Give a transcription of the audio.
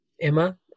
Emma